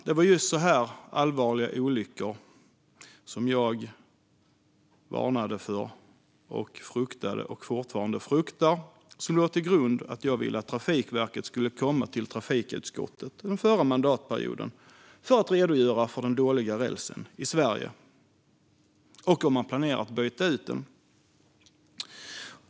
Det var just så här allvarliga olyckor som jag varnade för och fruktade - och fortfarande fruktar - som låg till grund för att jag ville att Trafikverket skulle komma till trafikutskottet under förra mandatperioden för att redogöra för den dåliga rälsen i Sverige. Jag ville också höra om man planerade att byta ut den.